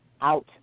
out